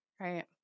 right